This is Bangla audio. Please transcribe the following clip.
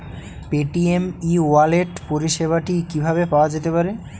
পেটিএম ই ওয়ালেট পরিষেবাটি কিভাবে পাওয়া যেতে পারে?